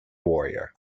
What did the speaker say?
warrior